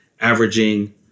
averaging